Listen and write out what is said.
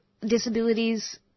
disabilities